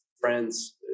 friends